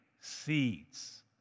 seeds